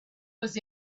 was